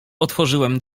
otworzyłem